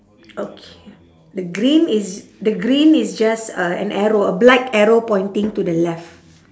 okay the green is the green is just a an arrow a black arrow pointing to the left